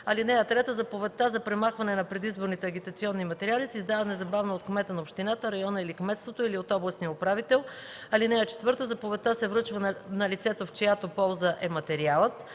(3) Заповедта за премахване на предизборните агитационни материали се издава незабавно от кмета на общината, района или кметството или от областния управител. (4) Заповедта се връчва на лицето, в чиято полза е материалът.